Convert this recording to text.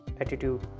attitude